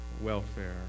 welfare